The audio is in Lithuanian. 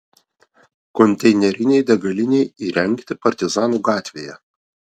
konteinerinei degalinei įrengti partizanų gatvėje